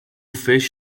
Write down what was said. fish